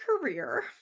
career